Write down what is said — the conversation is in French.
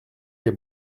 les